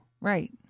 Right